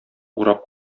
урап